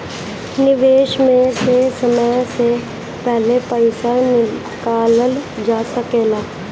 निवेश में से समय से पहले पईसा निकालल जा सेकला?